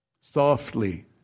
Softly